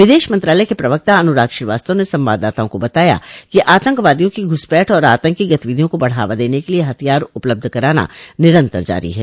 विदेश मंत्रालय के प्रवक्ता अनुराग श्रीवास्तव ने संवाददाताओं को बताया कि आतंकवादियों की घुसपैठ और आतंकी गतिविधियों को बढावा देने के लिए हथियार उपलब्ध कराना निरंतर जारी है